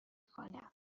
خوانم